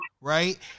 right